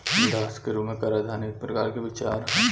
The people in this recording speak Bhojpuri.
दास के रूप में कराधान एक प्रकार के विचार ह